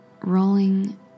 rolling